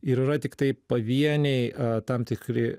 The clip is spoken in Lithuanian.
ir yra tiktai pavieniai tam tikri